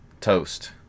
Toast